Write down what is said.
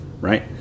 right